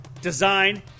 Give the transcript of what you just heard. design